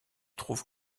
trouve